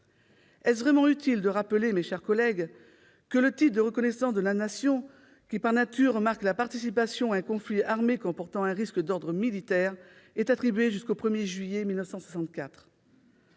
Est-il vraiment utile de rappeler, mes chers collègues, que le titre de reconnaissance de la Nation, qui, par nature, marque la participation à un conflit armé comportant un risque d'ordre militaire, est attribué aux soldats